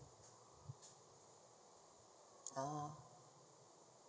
ah